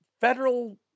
federal